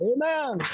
Amen